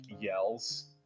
yells